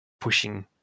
pushing